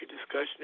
discussion